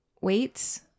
weights